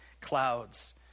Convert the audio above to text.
clouds